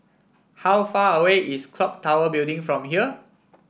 how far away is clock Tower Building from here